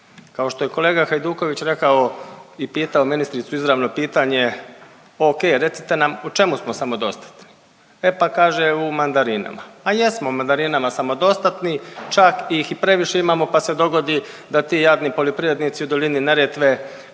Kao što je kolega Hajduković rekao i pitao ministricu izravno pitanje ok, recite nam u čemu smo samodostatni, e pa kaže u mandarinama. A jesmo u mandarinama samodostatni, čak ih i previše imamo pa se dogodi da ti jadni poljoprivrednici u dolini Neretve